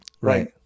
Right